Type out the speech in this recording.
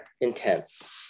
intense